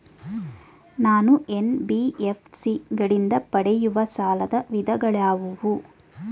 ನಾನು ಎನ್.ಬಿ.ಎಫ್.ಸಿ ಗಳಿಂದ ಪಡೆಯುವ ಸಾಲದ ವಿಧಗಳಾವುವು?